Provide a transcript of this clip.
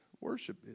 Worship